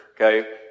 okay